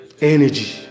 Energy